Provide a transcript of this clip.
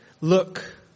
Look